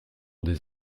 des